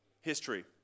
history